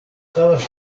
havas